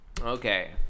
okay